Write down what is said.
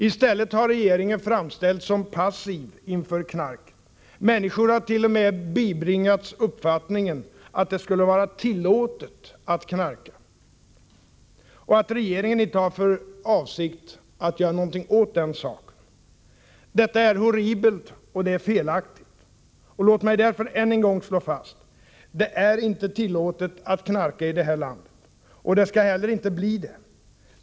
I stället har regeringen framställts som passiv inför knarket. Människor hart.o.m. bibringats uppfattningen att det skulle vara tillåtet att knarka och att regeringen inte har för avsikt att göra något åt den saken. Detta är horribelt. Låt mig därför än en gång slå fast: Det är inte tillåtet att knarka i det här landet, och det skall heller icke bli det.